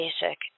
basic